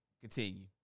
Continue